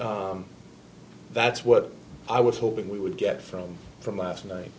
that's what i was hoping we would get from from last night